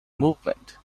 movement